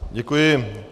Děkuji.